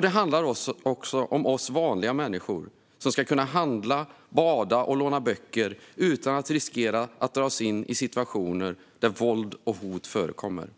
Det handlar också om oss vanliga människor som ska kunna handla, bada och låna böcker utan att riskera att dras in i situationer där våld och hot förekommer.